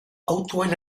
autoan